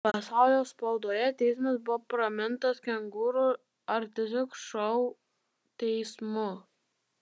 pasaulio spaudoje teismas buvo pramintas kengūrų ar tiesiog šou teismu